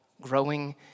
growing